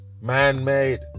Man-made